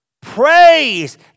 praise